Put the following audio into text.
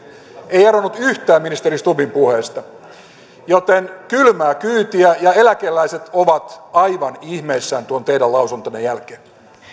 ei eronnut yhtään ministeri stubbin puheista joten kylmää kyytiä ja eläkeläiset ovat aivan ihmeissään tuon teidän lausuntonne jälkeen